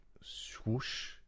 swoosh